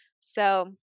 So-